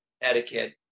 etiquette